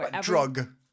drug